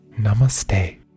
Namaste